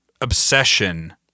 obsession